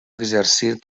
exercir